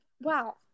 Wow